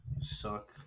Suck